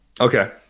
Okay